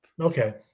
Okay